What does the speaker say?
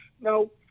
No